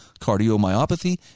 cardiomyopathy